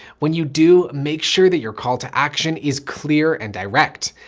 when you do make sure that your call to action is clear and direct.